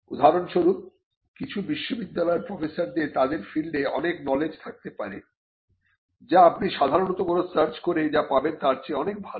উদাহরণস্বরূপ কিছু বিশ্ববিদ্যালয়ের প্রফেসরদের তাদের ফিল্ডে অনেক নলেজ থাকতে পারে যা আপনি সাধারণত কোন সার্চ করে যা পাবেন তার চেয়ে অনেক ভাল